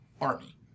army